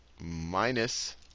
minus